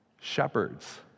shepherds